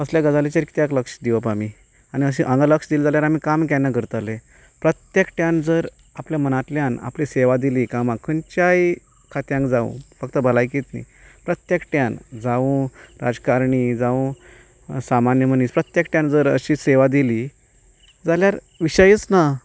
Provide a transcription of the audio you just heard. असल्या गजालींचेर कित्याक लक्ष दिवप आमी आनी हांगा लक्ष दिलें जाल्यार आमी काम केन्ना करतले प्रत्येकट्यान तर आपल्या मनांतल्यान आपली सेवा दिली कामाक खंयच्याय खात्यांत जावं फक्त भलायकींत न्हय प्रत्येकट्यान जावं राजकारणी जावं सामान्य मनीस प्रत्येकट्यान जर अशी सेवा दिली जाल्यार विशयच ना